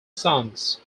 sons